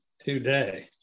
today